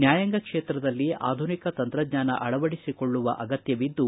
ನ್ಯಾಯಾಂಗ ಕ್ಷೇತ್ರದಲ್ಲಿ ಆಧುನಿಕ ತಂತ್ರಜ್ಞಾನ ಅಳವಡಿಸಿಕೊಳ್ಳುವ ಅಗತ್ತವಿದ್ದು